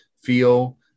feel